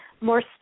more